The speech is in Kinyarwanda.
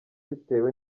bitewe